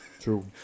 True